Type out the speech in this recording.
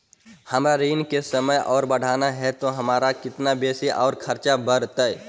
हमर ऋण के समय और बढ़ाना है तो हमरा कितना बेसी और खर्चा बड़तैय?